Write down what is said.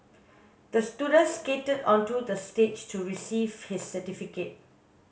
the student skated onto the stage to receive his certificate